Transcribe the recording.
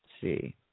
see